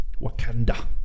Wakanda